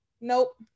nope